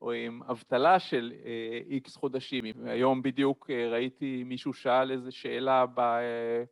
או עם אבטלה של איקס חודשים. היום בדיוק ראיתי מישהו שאל איזה שאלה